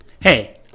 Hey